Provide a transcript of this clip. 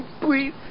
Please